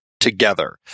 together